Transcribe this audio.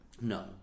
No